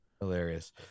Hilarious